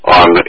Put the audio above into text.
on